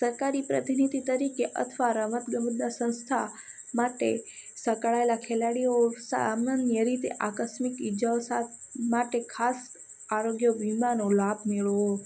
સરકારી પ્રતિનિધિ તરીકે અથવા રમતગમતના સંસ્થા માટે સંકળાયેલા ખલડીઓ સામાન્ય રીતે આકસ્મિક ઇજાઓ સા માટે ખાસ આરોગ્ય વીમાનો લાભ મેળવવો